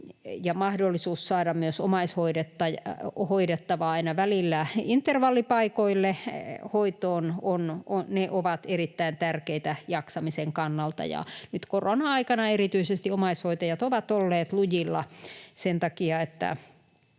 mahdollisuus saada myös omaishoidettava aina välillä intervallipaikalle hoitoon, ovat erittäin tärkeitä jaksamisen kannalta. Ja nyt korona-aikana erityisesti omaishoitajat ovat olleet lujilla sen takia, että